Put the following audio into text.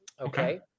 Okay